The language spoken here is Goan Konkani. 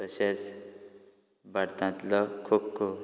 तशेंच भारतांतलो खो खो